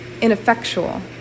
ineffectual